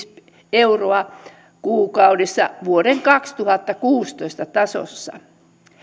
euroa kuukaudessa vuoden kaksituhattakuusitoista tasossa